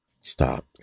Stop